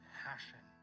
passion